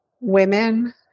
women